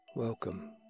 Welcome